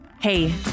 Hey